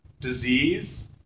Disease